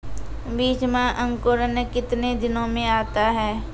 बीज मे अंकुरण कितने दिनों मे आता हैं?